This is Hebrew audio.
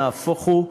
נהפוך הוא,